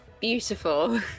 beautiful